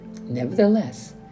nevertheless